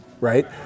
right